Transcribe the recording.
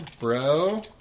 bro